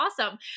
awesome